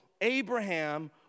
Abraham